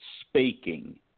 speaking